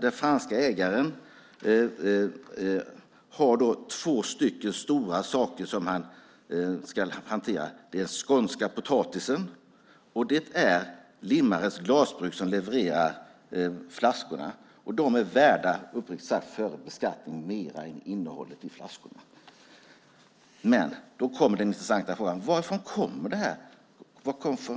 Den franska ägaren har två stora saker att hantera: den skånska potatisen och Limmareds glasbruk som levererar flaskorna. De är före beskattning uppriktigt sagt värda mer än innehållet i flaskorna. Då kommer den intressanta frågan: Varifrån